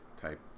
type